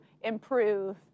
improve